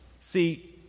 see